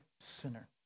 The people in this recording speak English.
sinner